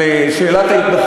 זו שאלת תם, שאלת תם.